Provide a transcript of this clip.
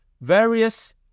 Various